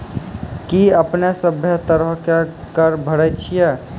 कि अपने सभ्भे तरहो के कर भरे छिये?